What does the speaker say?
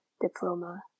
diploma